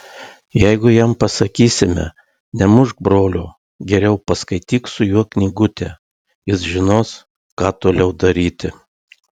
jeigu jam pasakysime nemušk brolio geriau paskaityk su juo knygutę jis žinos ką toliau daryti